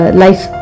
life